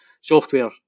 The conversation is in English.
software